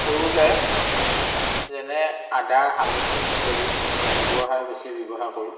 কৰোঁতে যেনে আদা হালধি ইত্যাদি কৰোঁতে গোবৰ সাৰ বেছি ব্যৱহাৰ কৰোঁ